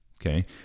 okay